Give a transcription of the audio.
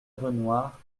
renoir